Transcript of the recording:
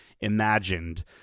imagined